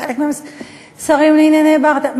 חלק מהם שרים לענייני ברטה.